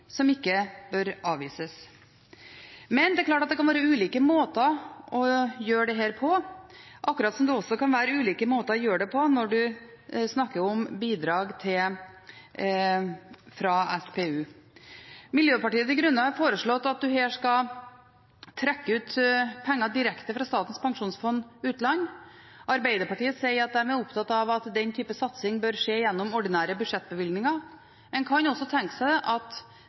som ikke bør avvises. Men det er klart at det kan være ulike måter å gjøre dette på, akkurat som det også kan være ulike måter å gjøre det på når man snakker om bidrag fra SPU. Miljøpartiet De Grønne har foreslått at man her skal trekke ut penger direkte fra Statens pensjonsfond utland, Arbeiderpartiet sier de er opptatt av at den type satsing bør skje gjennom ordinære budsjettbevilgninger. En kan også tenke seg at